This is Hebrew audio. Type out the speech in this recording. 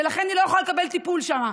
ולכן היא לא יכולה לקבל טיפול שם,